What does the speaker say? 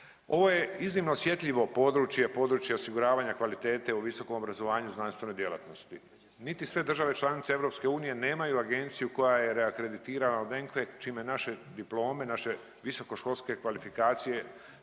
Ovo je iznimno osjetljivo područje, područje osiguravanja kvalitete u visokom obrazovanju, znanstvenoj djelatnosti. Niti sve države članice EU nemaju agenciju koja je reakreditirana od ENQA-e čime naše diplome, naše visokoškolske kvalifikacije